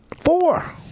Four